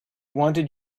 wanted